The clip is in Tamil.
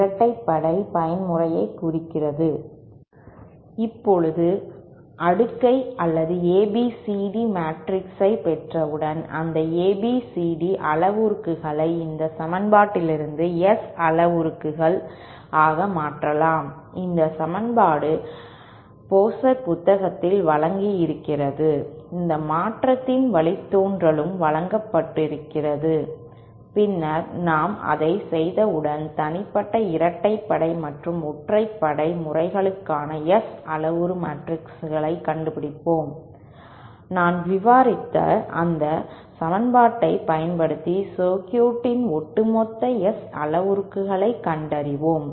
இப்போது அடுக்கை அல்லது ஏபிசிடி மேட்ரிக்ஸைப் பெற்றவுடன் அந்த ABCD அளவுருக்களை இந்த சமன்பாட்டிலிருந்து S அளவுருக்கள் ஆக மாற்றலாம் இந்த சமன்பாடு போசார்ட் புத்தகத்தில் வழங்கியிருக்கிறது இந்த மாற்றத்தின் வழித்தோன்றலும் வழங்கப்படுகிறது பின்னர் நாம் அதைச் செய்தவுடன் தனிப்பட்ட இரட்டைப்படை மற்றும் ஒற்றைப்படை முறைகளுக்கான S அளவுருக்களைக் கண்டுபிடிப்போம் நான் விவரித்த இந்த சமன்பாட்டைப் பயன்படுத்தி சர்க்யூட் இன் ஒட்டுமொத்த S அளவுருக்களைக் கண்டறிவோம்